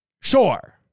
sure